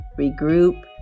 regroup